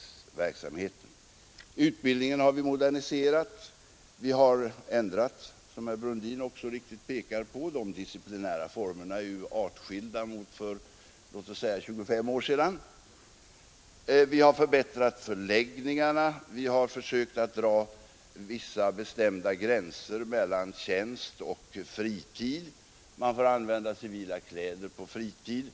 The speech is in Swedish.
Utbildningen har vi moderniserat. Som herr Brundin mycket riktigt påpekade har vi ändrat de disciplinära formerna — det är en artskillnad mot vad som förekom för låt oss säga 25 år sedan. Vi har förbättrat förläggningarna, vi har försökt dra vissa bestämda gränser mellan tjänst och fritid. Man får använda civila kläder på fritiden.